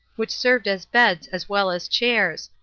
which served as beds as well as chairs,